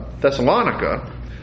Thessalonica